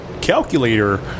Calculator